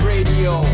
Radio